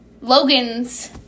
Logan's